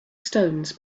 stones